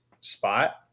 spot